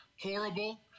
horrible